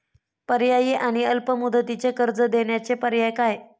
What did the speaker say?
पर्यायी आणि अल्प मुदतीचे कर्ज देण्याचे पर्याय काय?